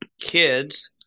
kids